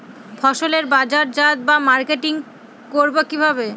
ফসলের বাজারজাত বা মার্কেটিং করব কিভাবে?